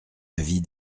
avis